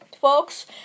folks